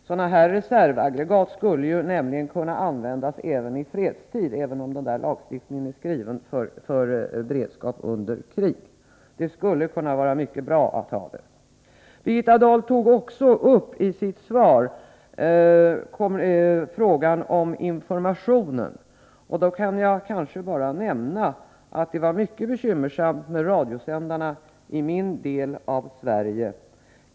Sådana reservaggregat skulle nämligen kunna användas även i fredstid, även om lagen är skriven för beredskap under krig. Det skulle kunna vara mycket bra att ha detta. Birgitta Dahl tog i sitt svar också upp frågan om informationen. Jag kanske kan nämna att det var mycket bekymmersamt med radiosändarna i min del av Sverige.